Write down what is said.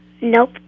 Nope